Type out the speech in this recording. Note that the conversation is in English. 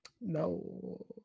No